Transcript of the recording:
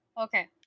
Okay